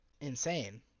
insane